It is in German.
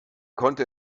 konnte